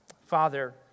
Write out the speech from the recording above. father